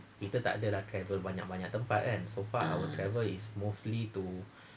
ah